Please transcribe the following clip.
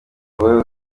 wowe